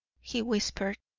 he whispered.